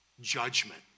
judgment